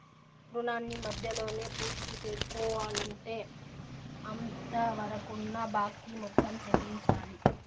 రుణాన్ని మధ్యలోనే పూర్తిసేసుకోవాలంటే అంతవరకున్న బాకీ మొత్తం చెల్లించాలి